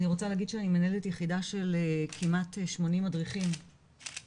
אני רוצה להגיד שאני מנהלת יחידה של כמעט 80 מדריכים ומדריכות